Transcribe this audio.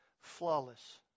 flawless